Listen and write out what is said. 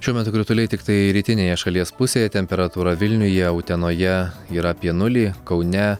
šiuo metu krituliai tiktai rytinėje šalies pusėje temperatūra vilniuje utenoje yra apie nulį kaune